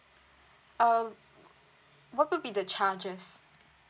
uh what would be the charges